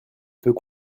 peut